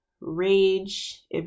rage